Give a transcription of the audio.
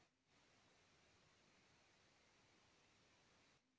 तू मछली के वही खाना खियइबा